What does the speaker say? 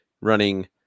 running